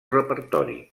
repertori